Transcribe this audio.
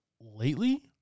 lately-